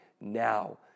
now